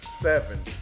seven